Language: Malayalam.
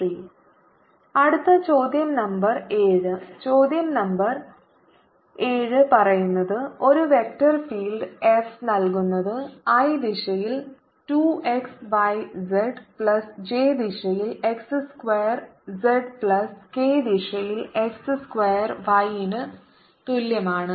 dl0adx0ady 1 x2a2a a23 അടുത്ത ചോദ്യo നമ്പർ 7 ചോദ്യo നമ്പർ 7 പറയുന്നത് ഒരു വെക്റ്റർ ഫീൽഡ് F നൽകുന്നത് i ദിശയിൽ 2 xyz പ്ലസ് j ദിശയിൽ x square z plus k ദിശയിൽ x സ്ക്വയർ y നും തുല്യമാണ്